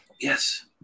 Yes